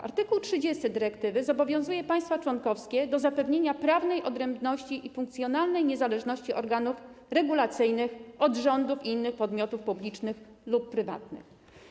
Art. 30 dyrektywy zobowiązuje państwa członkowskie do zapewnienia prawnej odrębności i funkcjonalnej niezależności organów regulacyjnych od rządów i innych podmiotów publicznych lub prywatnych.